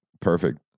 Perfect